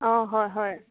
অ' হয় হয়